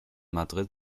madrid